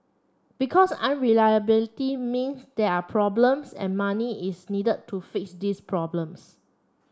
because unreliability mean there are problems and money is need to fix these problems